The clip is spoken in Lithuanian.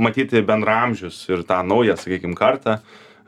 matyti bendraamžius ir tą naują sakykim kartą